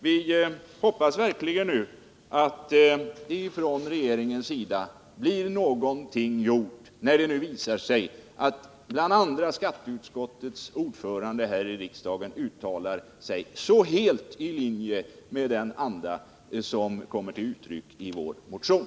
Vi hoppas verkligen att det från regeringens sida blir någonting gjort, när det nu visar sig att bl.a. skatteutskottets ordförande uttalar sig så helt i linje med den anda som kommit till uttryck i vår motion.